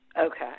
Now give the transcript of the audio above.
Okay